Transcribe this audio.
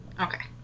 Okay